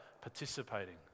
participating